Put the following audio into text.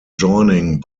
joining